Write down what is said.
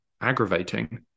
aggravating